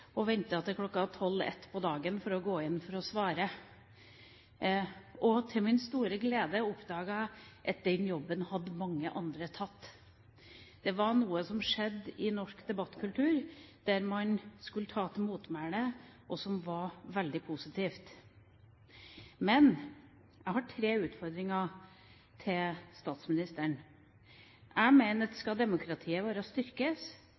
og ventet til kl. 12–13 på dagen for å gå inn for å svare. Til min store glede oppdaget jeg at den jobben hadde mange andre tatt. Det var noe som skjedde i norsk debattkultur, der man skulle ta til motmæle, og som var veldig positivt. Jeg har tre utfordringer til statsministeren. Jeg mener at skal demokratiet vårt styrkes,